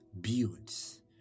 builds